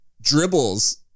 dribbles